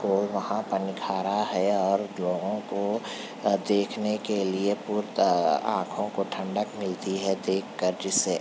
کو وہاں پر نکھارا ہے اور لوگوں کو دیکھنے کے لیے بہت آنکھوں کو ٹھنڈک ملتی ہے دیکھ کر جسے